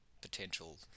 potential